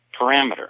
parameter